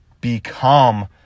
become